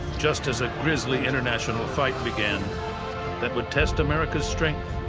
just as a grisly international fight began that would test america's strength.